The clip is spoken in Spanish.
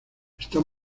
están